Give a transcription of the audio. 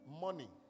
Money